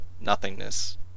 nothingness